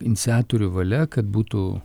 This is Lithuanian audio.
iniciatorių valia kad būtų